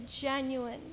genuine